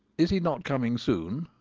is he not coming soon?